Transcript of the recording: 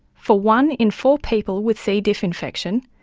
for one in four people with c. diff infection,